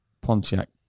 Pontiac